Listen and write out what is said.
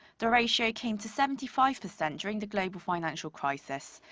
the ratio came to seventy five percent during the global financial crisis.